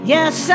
Yes